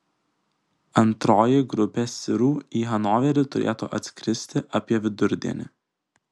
antroji grupė sirų į hanoverį turėtų atskristi apie vidurdienį